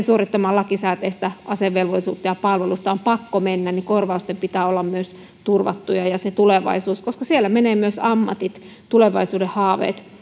suorittamaan lakisääteistä asevelvollisuutta ja palvelusta on pakko mennä niin korvausten ja tulevaisuuden pitää olla myös turvattuja koska siellä menee myös ammatit tulevaisuuden haaveet